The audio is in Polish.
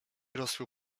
rozpiął